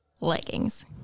Leggings